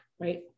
right